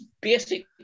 basic